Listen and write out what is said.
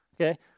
Okay